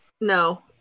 No